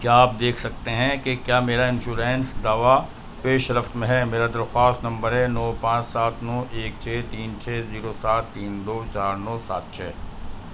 کیا آپ دیکھ سکتے ہیں کہ کیا میرا انشورنس دوا پیش رفت میں ہے میرا درخواست نمبر ہے نو پانچ سات نو ایک چھ تین چھ زیرو سات تین دو چار نو سات چھ